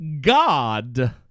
God